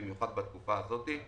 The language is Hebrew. במיוחד בתקופה הזאת.